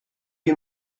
you